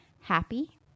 Happy